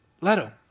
Leto